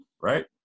right